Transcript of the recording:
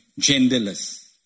genderless